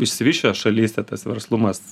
išsivysčiusios šalyse tas verslumas